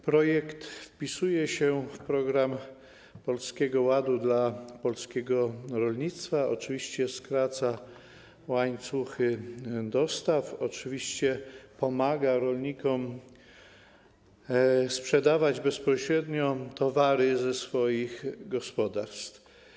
Projekt wpisuje się w program Polskiego Ładu dla polskiego rolnictwa, oczywiście skraca łańcuchy dostaw, oczywiście pomaga rolnikom sprzedawać bezpośrednio towary ze swoich gospodarstw.